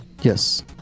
Yes